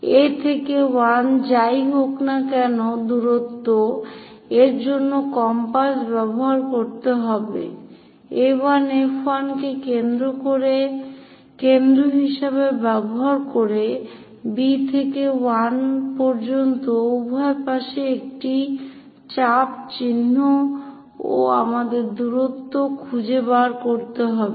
A থেকে 1 যাই হোক না কেন দূরত্ব এর জন্য কম্পাস ব্যবহার করতে হবে A1 F1 কে কেন্দ্র হিসাবে ব্যবহার করে B থেকে 1 পর্যন্ত উভয় পাশে একটি চাপ চিহ্ন ও আমাদের দূরত্ব খুঁজে বের করতে হবে